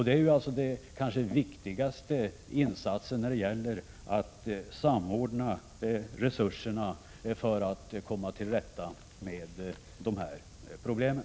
Det är kanske den viktigaste insatsen när det gäller att samordna resurserna för att komma till rätta med de här problemen.